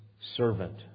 servant